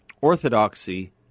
Orthodoxy